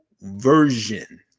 version